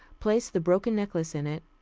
placed the broken necklace in it,